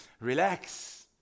relax